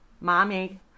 Mommy